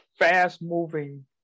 Fast-moving